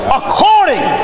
according